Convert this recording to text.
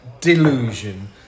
delusion